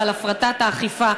אבל הפרטת האכיפה,